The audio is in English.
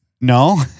no